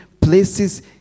places